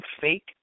fake